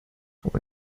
aber